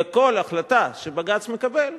וכל החלטה שבג"ץ מקבל,